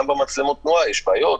גם במצלמות התנועה יש בעיות,